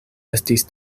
estis